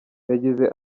yagize